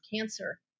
cancer